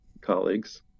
colleagues